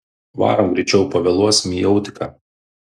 varom greičiau pavėluosim į autiką